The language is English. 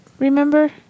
Remember